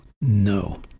no